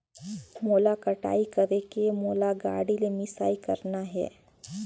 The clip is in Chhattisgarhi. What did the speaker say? मोला कटाई करेके मोला गाड़ी ले मिसाई करना हे?